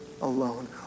alone